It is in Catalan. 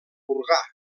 burgar